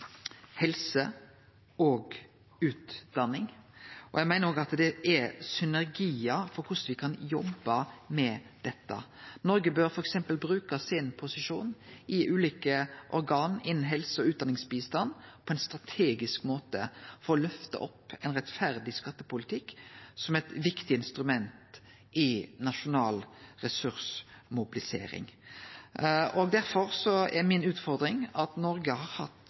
det er synergiar for korleis me kan jobbe med dette. Noreg bør f.eks. bruke posisjonen sin i ulike organ innan helse- og utdanningsbistand på ein strategisk måte, få løfta opp ein rettferdig skattepolitikk som eit viktig instrument i nasjonal ressursmobilisering. Derfor er mi utfordring at Noreg har hatt